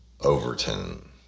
Overton